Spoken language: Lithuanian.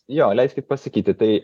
jo leiskit pasakyti tai